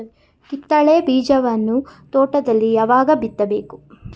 ಕಿತ್ತಳೆ ಬೀಜವನ್ನು ತೋಟದಲ್ಲಿ ಯಾವಾಗ ಬಿತ್ತಬೇಕು?